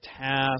task